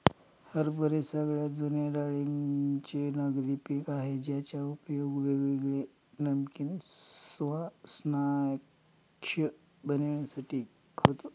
हरभरे सगळ्यात जुने डाळींचे नगदी पिक आहे ज्याचा उपयोग वेगवेगळे नमकीन स्नाय्क्स बनविण्यासाठी होतो